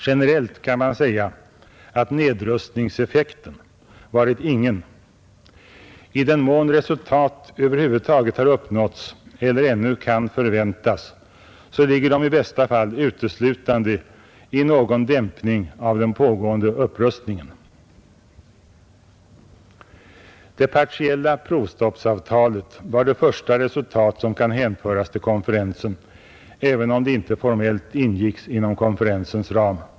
Generellt kan man säga att nedrustningseffekten varit ingen — i den mån resultat över huvud taget har uppnåtts eller ännu kan förväntas ligger de i bästa fall uteslutande i en dämpning av den pågående upprustningen. Det partiella provstoppsavtalet var det första resultat som kan hänföras till konferensen, även om det inte formellt ingicks inom konferensens ram.